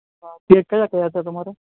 હા કેક કયા કયા છે તમારે